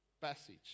passage